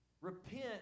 Repent